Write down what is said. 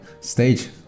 stage